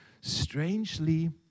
strangely